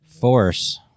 force